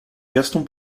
gaston